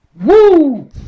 Woo